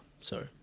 Sorry